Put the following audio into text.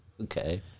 Okay